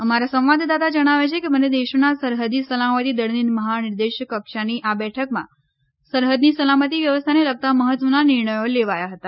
અમારા સંવાદદાતા જણાવે છે કે બંને દેશોના સરહદ સલામતી દળની મહાનિદેશક કક્ષાની આ બેઠકમાં સરહદની સલામતી વ્યવસ્થાને લગતા મહત્વના નિર્ણયો લેવાયા હતા